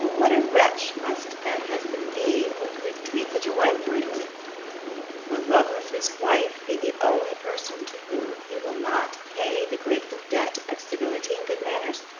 what a wretch must that husband be, who could treat such a wife brutally will lovelace's wife be the only person to whom he will not pay the grateful debt of civility and good manners?